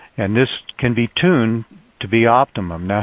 and this can be tuned to be optimum. yeah